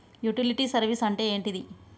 Utility service అంటే ఏంటిది?